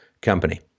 company